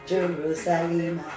Jerusalem